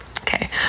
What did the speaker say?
okay